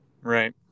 Right